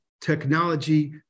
technology